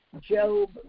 Job